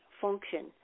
function